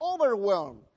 overwhelmed